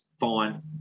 fine